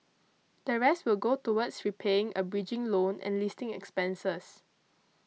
the rest will go towards repaying a bridging loan and listing expenses